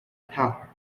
powder